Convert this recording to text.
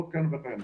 ועוד כהנה וכהנה.